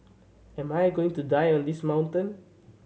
am I going to die on this mountain